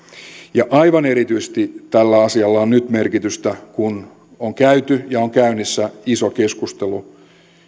ja aivan erityisesti tällä asialla on merkitystä nyt kun on käyty ja on käynnissä iso keskustelu